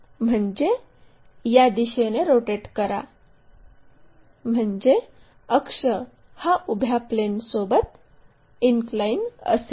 म्हणजे या दिशेने रोटेट करा म्हणजे अक्ष हा उभ्या प्लेन सोबत इनक्लाइन असेल